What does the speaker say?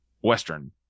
Western